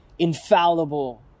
infallible